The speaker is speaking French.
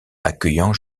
accueillant